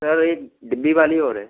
sir एक डिब्बी वाली और है